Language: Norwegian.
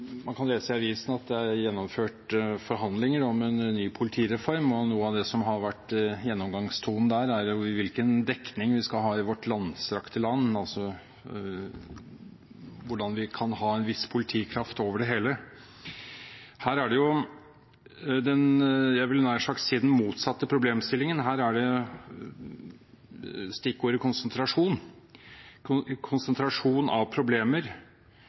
er gjennomført forhandlinger om en ny politireform, og noe av det som har vært gjennomgangstonen der, er hvilken dekning vi skal ha i vårt langstrakte land – altså hvordan vi kan ha en viss politikraft over det hele. Her er det jo – jeg vil nær sagt si – den motsatte problemstillingen; her er stikkordet konsentrasjon, konsentrasjon av problemer,